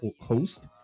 host